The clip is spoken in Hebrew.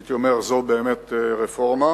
הייתי אומר, זו באמת רפורמה,